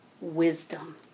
wisdom